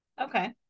okay